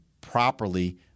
properly